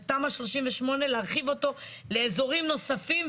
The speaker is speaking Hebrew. ותמ"א 38 להרחיב אותו לאזורים נוספים,